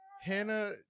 Hannah